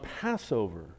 Passover